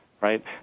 right